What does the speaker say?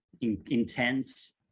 intense